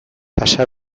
pasa